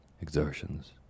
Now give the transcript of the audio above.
exertions